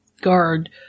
guard